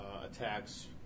attacks